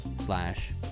slash